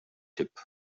tipp